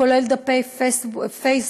כולל דפי פייסבוק,